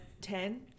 Ten